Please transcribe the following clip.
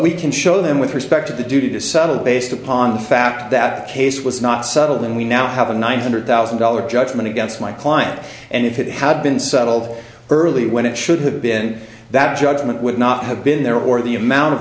we can show them with respect to the duty to settle based upon the fact that case was not settled then we now have a nine hundred thousand dollars judgment against my client and if it had been settled early when it should have been that judgment would not have been there or the amount of